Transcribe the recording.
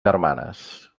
germanes